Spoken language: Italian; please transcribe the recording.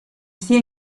sia